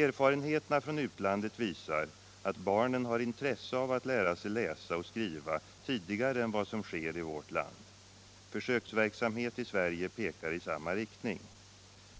Erfarenheterna från utlandet visar att barnen har intresse av att lära sig läsa och skriva tidigare än vad som sker i vårt land. Försöksverksamhet i Sverige pekar i samma riktning.